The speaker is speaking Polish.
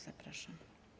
Zapraszam.